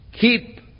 Keep